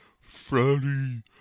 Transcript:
Freddie